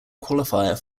qualifier